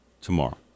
tomorrow